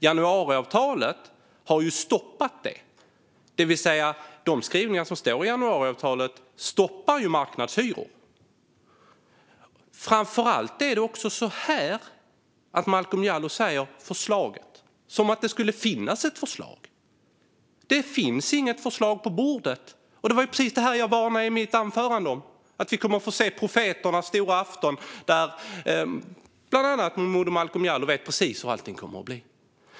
Januariavtalet har stoppat det, det vill säga att de skrivningar som står i januariavtalet stoppar marknadshyror. Framför allt talar Momodou Malcolm Jallow om förslaget som om det skulle finnas ett förslag. Men det finns inget förslag på bordet. Och det var precis detta som jag varnade för i mitt anförande, alltså att vi kommer att få se profeternas stora afton där bland andra Momodou Malcolm Jallow vet precis hur allting kommer att bli.